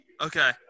Okay